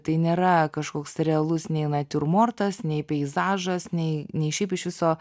tai nėra kažkoks realus nei natiurmortas nei peizažas nei nei šiaip iš viso